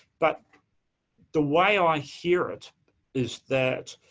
but the way ah i hear it is that,